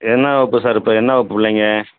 என்ன வகுப்பு சார் இப்போ என்ன வகுப்பு பிள்ளைங்க